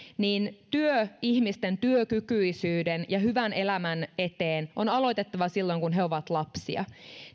työ ihmisten työkykyisyyden ja hyvän elämän eteen on aloitettava silloin kun he ovat lapsia